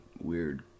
weird